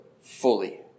fully